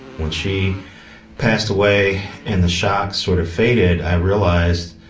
when she passed away and the shock sort of faded, i realized,